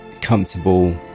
comfortable